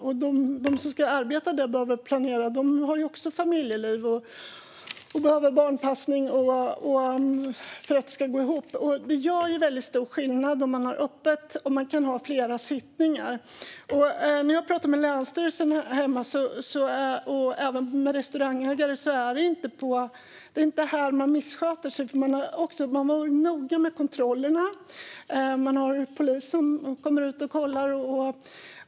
Och de som ska arbeta behöver planera. De har ju också familjeliv och behöver barnpassning för att det ska gå ihop. Och det gör väldigt stor skillnad om man har öppet så att man kan ha flera sittningar. När jag pratar med länsstyrelsen hemma och även med restaurangägare hör jag att man inte missköter sig. Man är noga med kontrollerna. Poliser kommer ut och kollar.